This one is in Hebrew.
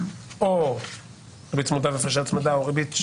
או ריבית צמודה והפרשי הצמדה; או ריבית אחרת.